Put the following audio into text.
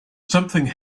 something